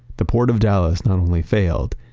the port of dallas not only failed,